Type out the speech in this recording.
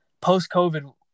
post-COVID